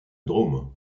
drôme